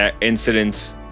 incidents